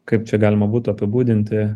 kaip čia galima būtų apibūdinti